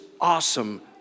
awesome